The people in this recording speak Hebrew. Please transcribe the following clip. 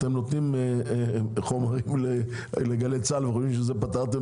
אתם נותנים לגלי צה"ל וחושבים שפתרתם